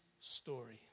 story